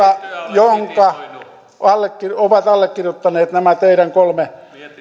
jonka ovat allekirjoittaneet nämä teidän kolme